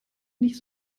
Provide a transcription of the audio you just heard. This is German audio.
nicht